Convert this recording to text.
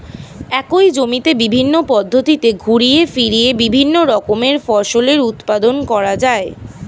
একই জমিতে বিভিন্ন পদ্ধতিতে ঘুরিয়ে ফিরিয়ে বিভিন্ন রকমের ফসলের উৎপাদন করা হয়